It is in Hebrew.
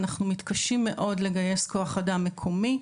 אנחנו מתקשים מאוד לגייס כוח אדם מקומי,